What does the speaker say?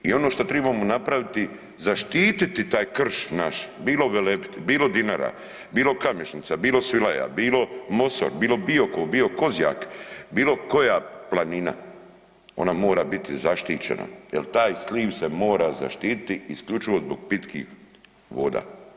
I ono što tribamo napraviti zaštititi taj krš naš, bilo Velebit, bilo Dinara, bilo Kamešnica, bilo Svilaja, bilo Mosor, bilo Biokovo, bio Kozjak, bilo koja planina, ona mora biti zaštićena jel taj sliv se mora zaštititi isključivo zbog pitkih voda.